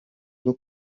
bwo